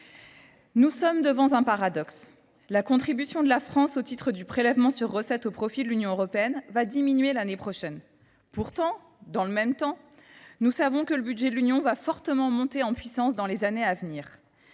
Nous sommes confrontés à un paradoxe : la contribution de la France au titre du prélèvement sur recettes au profit de l’Union européenne va diminuer l’année prochaine ; pourtant, dans le même temps, nous savons que le budget de l’Union va fortement monter en puissance au cours des années à venir.